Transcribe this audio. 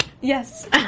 Yes